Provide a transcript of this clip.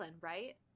right